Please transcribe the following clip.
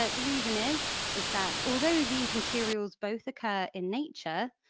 ah the reason is is that although these materials both occur in nature,